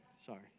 sorry